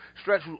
Stretch